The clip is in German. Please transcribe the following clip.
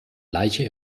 leiche